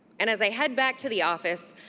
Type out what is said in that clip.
and as i head back to the office,